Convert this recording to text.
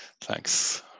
Thanks